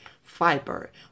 fiber